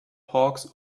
hawks